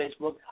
Facebook